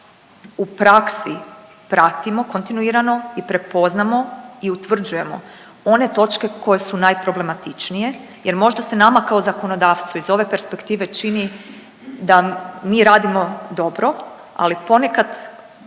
u praksi pratimo kontinuirano i prepoznamo i utvrđujemo one točke koje su najproblematičnije jer možda se nama kao zakonodavcu iz ove perspektive čini da mi radimo dobro, ali ponekad